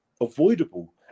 avoidable